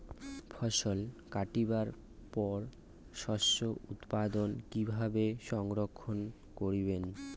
ফছল কাটিবার পর শস্য উৎপাদন কিভাবে সংরক্ষণ করিবেন?